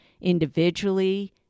individually